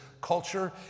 culture